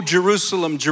Jerusalem